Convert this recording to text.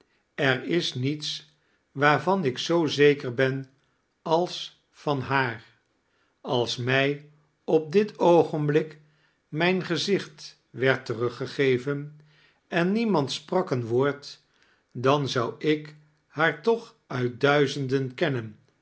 er is niets waarvan ik zoo zeker ben als van haar als mij op dit oogenblik mijn gezicht ward teruggegeven en niemand sprak een woord dan zou ik haar toch uilt duizenden kennen